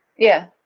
yeah.